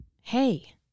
Hey